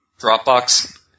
Dropbox